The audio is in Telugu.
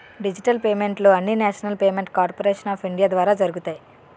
డిజిటల్ పేమెంట్లు అన్నీనేషనల్ పేమెంట్ కార్పోరేషను ఆఫ్ ఇండియా ద్వారా జరుగుతాయి